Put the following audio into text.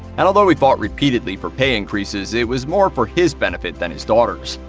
and although he fought repeatedly for pay increases, it was more for his benefit than his daughter's.